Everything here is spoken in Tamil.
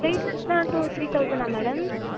வெயிட்லஸ்னால் டூ த்ரீ தவுசண்ட்னா மேடம்